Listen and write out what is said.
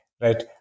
right